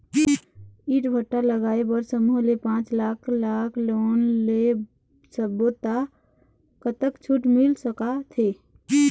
ईंट भट्ठा लगाए बर समूह ले पांच लाख लाख़ लोन ले सब्बो ता कतक छूट मिल सका थे?